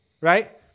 right